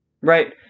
right